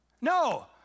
No